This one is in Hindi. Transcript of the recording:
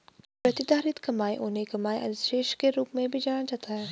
प्रतिधारित कमाई उन्हें कमाई अधिशेष के रूप में भी जाना जाता है